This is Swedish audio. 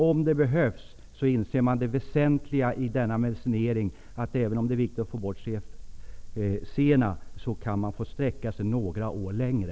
Om det behövs, inser man det väsentliga i denna medicinering. Det jag gärna ville ha besked om var att man, även om det är viktigt att få bort CFC:erna, kan få sträcka sig några år längre.